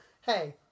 hey